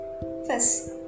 First